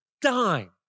dime